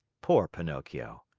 poor pinocchio!